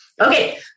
Okay